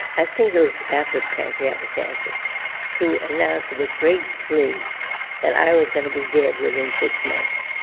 i think it was after the pancreatic cancer who announced with great glee that i was going to be dead within six months.